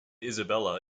isabelle